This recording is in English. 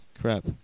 crap